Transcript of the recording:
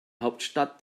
hauptstadt